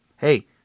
Hey